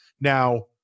Now